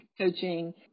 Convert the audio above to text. coaching